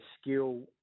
skill